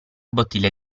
bottiglia